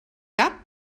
cap